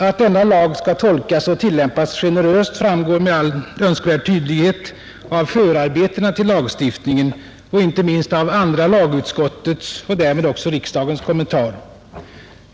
Att denna lag skall tolkas och tillämpas generöst framgår med all önskvärd tydlighet av förarbetena till lagstiftningen och inte minst av andra lagutskottets — och därmed också riksdagens — kommentar.